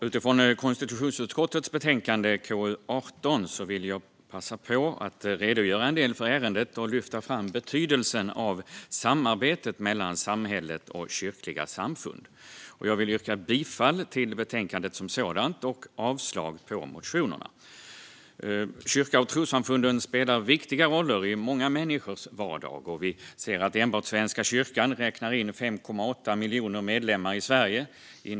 Utifrån konstitutionsutskottets betänkande KU18 vill jag passa på att redogöra en del för ärendet och lyfta fram betydelsen av samarbetet mellan samhället och kyrkliga samfund. Jag vill yrka bifall till förslaget i betänkandet och avslag på motionerna. Kyrkor och trossamfund spelar viktiga roller i många människors vardag. Enbart Svenska kyrkan räknar in 5,8 miljoner medlemmar i Sverige.